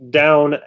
down